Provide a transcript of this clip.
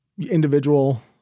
individual